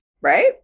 Right